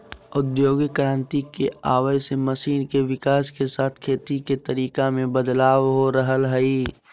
औद्योगिक क्रांति के आवय से मशीन के विकाश के साथ खेती के तरीका मे बदलाव हो रहल हई